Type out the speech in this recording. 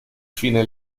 fine